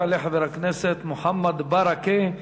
יעלה חבר הכנסת מוחמד ברכה,